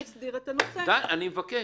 די, אני מבקש.